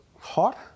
hot